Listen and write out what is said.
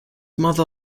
mother